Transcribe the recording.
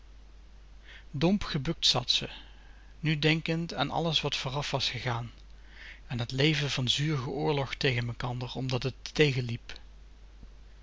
domp gebukt zat ze nu denkend aan alles wat vooraf was gegaan aan t leven van zuur ge oorlog tegen mekander omdat t tegenliep